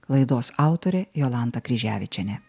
laidos autorė jolanta kryževičienė